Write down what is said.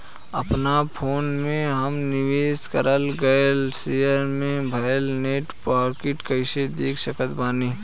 अपना फोन मे हम निवेश कराल गएल शेयर मे भएल नेट प्रॉफ़िट कइसे देख सकत बानी?